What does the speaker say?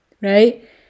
right